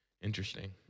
Interesting